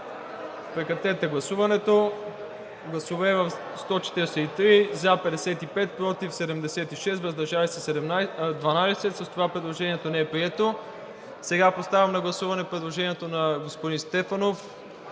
представители: за 55, против 76, въздържали се 12. С това предложението не е прието. Сега поставям на гласуване предложението на господин Стефанов